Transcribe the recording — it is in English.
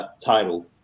title